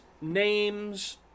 names